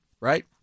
right